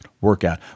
workout